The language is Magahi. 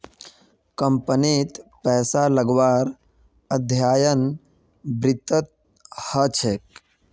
कम्पनीत पैसा लगव्वार अध्ययन वित्तत ह छेक